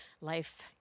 life